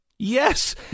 Yes